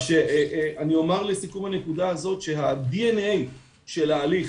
אני אומר לסיכום הנקודה הזאת, שה-DNA של ההליך,